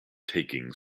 taking